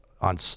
on